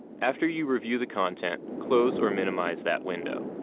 after you review the content, close or minimize that window.